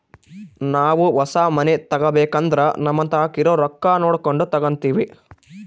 ನಾವು ಹೊಸ ಮನೆ ತಗಬೇಕಂದ್ರ ನಮತಾಕ ಇರೊ ರೊಕ್ಕ ನೋಡಕೊಂಡು ತಗಂತಿವಿ